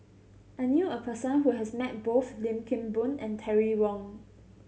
I knew a person who has met both Lim Kim Boon and Terry Wong